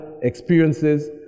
experiences